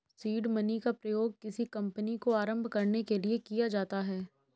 seed money का प्रयोग किसी कंपनी को आरंभ करने के लिए किया जाता है